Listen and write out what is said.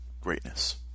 greatness